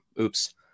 oops